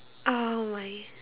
oh my